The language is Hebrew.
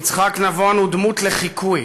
יצחק נבון הוא דמות לחיקוי